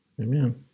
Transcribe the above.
Amen